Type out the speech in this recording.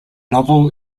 novel